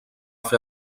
fer